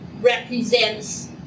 represents